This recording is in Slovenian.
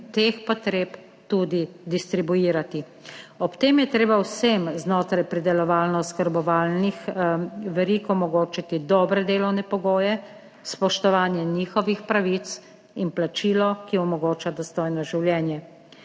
teh potreb tudi distribuirati. Ob tem je treba vsem znotraj pridelovalno- oskrbovalnih verig omogočiti dobre delovne pogoje, spoštovanje njihovih pravic in plačilo, ki omogoča dostojno življenje.